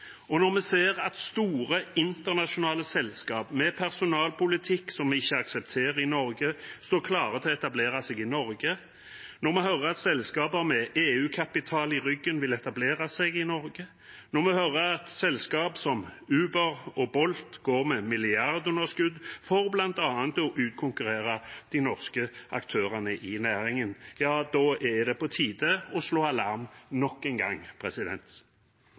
Og når vi ser at store internasjonale selskaper, med en personalpolitikk som vi ikke aksepterer i Norge, står klare til å etablere seg i Norge, når vi hører at selskaper med EU-kapital i ryggen vil etablere seg i Norge, og når vi hører at selskaper som Uber og Bolt går med milliardunderskudd for bl.a. å utkonkurrere de norske aktørene i næringen, da er det på tide å slå alarm nok en gang.